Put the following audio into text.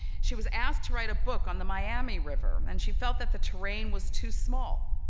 she was asked to write a book on the miami river. and she felt that the terrain was too small.